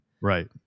Right